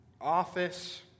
office